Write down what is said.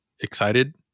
excited